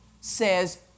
says